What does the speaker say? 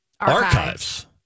archives